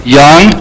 young